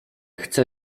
chcę